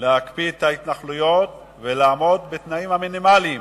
להקפיא את ההתנחלויות ולעמוד בתנאים המינימליים